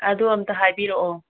ꯑꯗꯣ ꯑꯝꯇ ꯍꯥꯏꯕꯤꯔꯛꯑꯣ